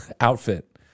outfit